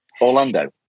Orlando